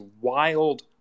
wild